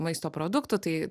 maisto produktų tai